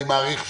אני מעריך שכן.